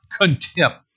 contempt